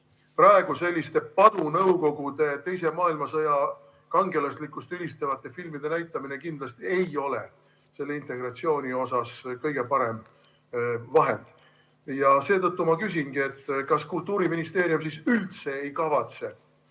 Praegu selliste padunõukogude, teise maailmasõja kangelaslikkust ülistavate filmide näitamine kindlasti ei ole integratsiooni edendamiseks kõige parem vahend. Seetõttu ma küsingi, kas Kultuuriministeerium siis üldse ei kavatse